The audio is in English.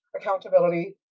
accountability